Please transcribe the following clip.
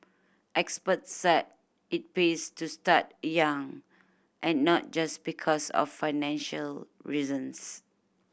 experts said it pays to start young and not just because of financial reasons